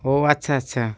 ও আচ্ছা আচ্ছা